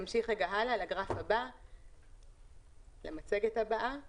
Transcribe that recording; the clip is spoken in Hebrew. בגרף הבא אנחנו